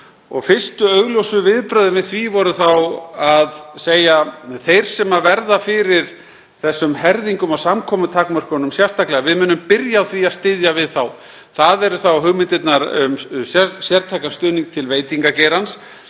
Fyrstu augljósu viðbrögðin við því voru að segja: Þeir sem verða fyrir herðingum á samkomutakmörkunum sérstaklega, við munum byrja á því að styðja við þá. Það eru þá hugmyndirnar um sértækan stuðning til veitingageirans.